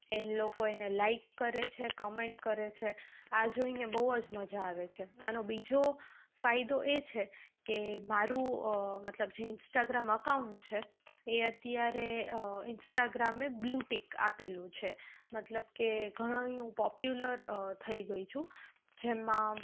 એ લોકો એને લાઈક કરે છે કોમેન્ટ કરે છે આ જોઈને બહુ જ મજા આવે છે આનો બીજો ફાયદો એ છે કે મારું મતલબ જે ઈન્સ્ટાગ્રામ એકાઉન્ટ છે એ અત્યારે ઇન્સ્ટાગ્રામે બ્લૂ ટીક આપેલું છે મતલબ કે ઘણું પોપ્યુલર થઈ ગઈ છું જેમાં